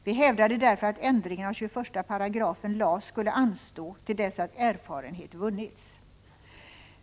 Vi hävdade därför att ändringen av 21 § LAS skulle anstå till dess att erfarenhet vunnits.